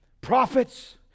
Prophets